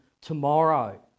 tomorrow